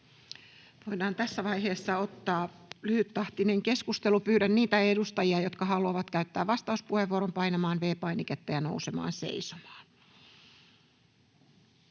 Voidaan tässä vaiheessa ottaa lyhyttahtinen keskustelu. Pyydän niitä edustajia, jotka haluavat käyttää vastauspuheenvuoron, painamaan V-painiketta ja nousemaan seisomaan.